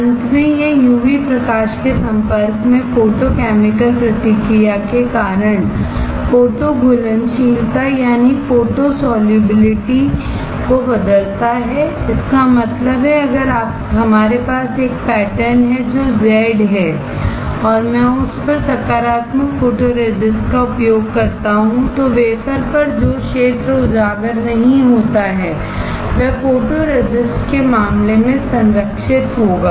अंत में यह यूवी प्रकाश के संपर्क में फोटोकैमिकल प्रतिक्रिया के कारण फोटो घुलनशीलता को बदलता है इसका मतलब है अगर हमारे पास एक पैटर्न है जो Z है और मैं उस पर सकारात्मक फोटोरेसिस्ट का उपयोग करता हूं तो वेफर पर जो क्षेत्र एक्सपोज नहीं होता है वह फोटोरसिस्ट के मामले में संरक्षित होगा